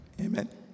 Amen